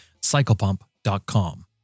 CyclePump.com